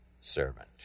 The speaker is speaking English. servant